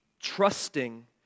trusting